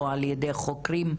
או על ידי חוקרים,